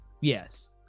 Yes